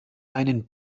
einen